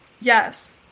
Yes